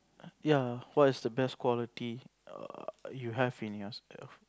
ya what is the best quality err you have in yourself